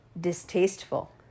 distasteful